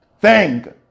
thank